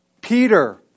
Peter